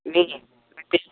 ఇది